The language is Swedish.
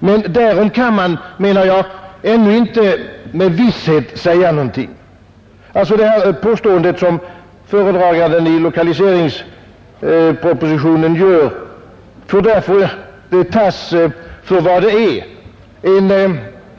Men därom kan ännu ingenting med visshet sägas. Det av föredraganden gjorda påståendet i lokalieringspropositionen får därför tas för vad det är: